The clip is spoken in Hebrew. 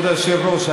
כבוד היושב-ראש,